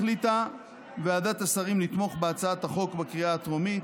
החליטה ועדת השרים לתמוך בהצעת החוק בקריאה הטרומית.